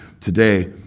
today